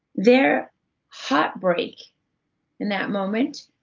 their heartbreak in that moment,